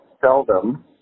Seldom